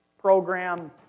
program